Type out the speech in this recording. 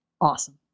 Awesome